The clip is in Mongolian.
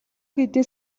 хийдийн